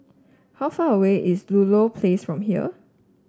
how far away is Ludlow Place from here